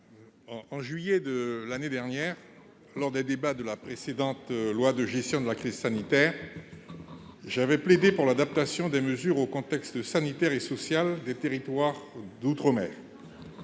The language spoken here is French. En juillet dernier, lors des débats sur la précédente loi de gestion de la crise sanitaire, j'avais plaidé pour l'adaptation des mesures au contexte sanitaire et social des territoires d'outre-mer.